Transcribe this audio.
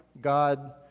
God